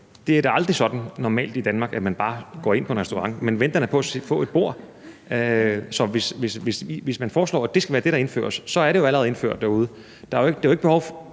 Det er da aldrig sådan normalt i Danmark, at man bare går ind på en restaurant; man venter da på at få et bord. Så hvis man foreslår, at det skal være det, der indføres, så er det jo allerede indført derude.